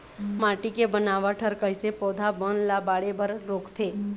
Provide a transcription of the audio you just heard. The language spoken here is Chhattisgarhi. माटी के बनावट हर कइसे पौधा बन ला बाढ़े बर रोकथे?